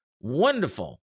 wonderful